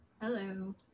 Hello